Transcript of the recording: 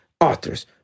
authors